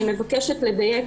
אני מבקשת לדייק,